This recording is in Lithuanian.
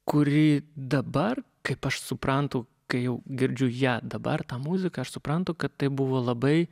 kuri dabar kaip aš suprantu kai jau girdžiu ją dabar tą muziką aš suprantu kad tai buvo labai